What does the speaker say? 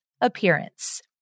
appearance